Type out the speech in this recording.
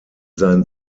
sein